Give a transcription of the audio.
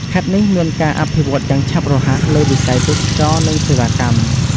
ខេត្តនេះមានការអភិវឌ្ឍន៍យ៉ាងឆាប់រហ័សលើវិស័យទេសចរណ៍ និងសេវាកម្ម។